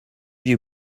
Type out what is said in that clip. you